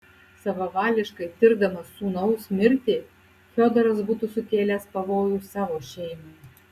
savavališkai tirdamas sūnaus mirtį fiodoras būtų sukėlęs pavojų savo šeimai